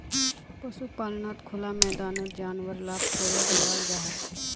पशुपाल्नोत खुला मैदानोत जानवर लाक छोड़े दियाल जाहा